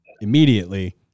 immediately